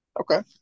Okay